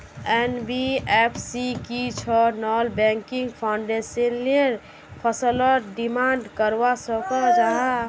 NBFC की छौ non banking financial फसलोत डिमांड करवा सकोहो जाहा?